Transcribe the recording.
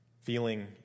feeling